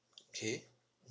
K